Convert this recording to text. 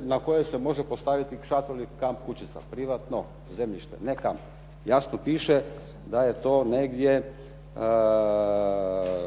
na koje se može postaviti šator ili kamp kućica. Privatno zemljište, ne kamp. Jasno piše da je to negdje